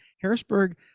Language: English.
Harrisburg